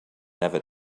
never